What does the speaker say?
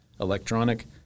electronic